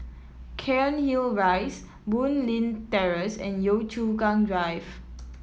Cairnhill Rise Boon Leat Terrace and Yio Chu Kang Drive